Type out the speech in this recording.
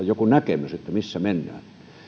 joku näkemys missä mennään